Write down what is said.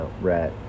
rat